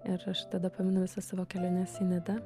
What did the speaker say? ir aš tada pamenu visą savo keliones į nidą